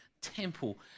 temple